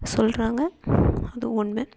சொல்கிறாங்க அது உண்மை